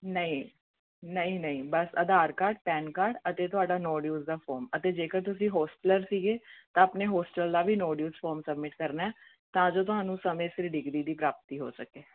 ਨਹੀਂ ਨਹੀਂ ਨਹੀਂ ਬਸ ਆਧਾਰ ਕਾਰਡ ਪੈਨ ਕਾਰਡ ਅਤੇ ਤੁਹਾਡਾ ਨੋ ਡਿਊਸ ਦਾ ਫੋਰਮ ਅਤੇ ਜੇਕਰ ਤੁਸੀਂ ਹੋਸਟਲਰ ਸੀਗੇ ਤਾਂ ਆਪਣੇ ਹੋਸਟਲ ਦਾ ਵੀ ਨੋ ਡਿਊਸ ਫੋਰਮ ਸਬਮਿਟ ਕਰਨਾ ਹੈ ਤਾਂ ਜੋ ਤੁਹਾਨੂੰ ਸਮੇਂ ਸਿਰ ਡਿਗਰੀ ਦੀ ਪ੍ਰਾਪਤੀ ਹੋ ਸਕੇ